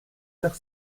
nach